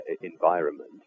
environment